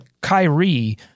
Kyrie